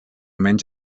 menys